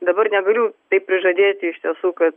dabar negaliu taip prižadėti iš tiesų kad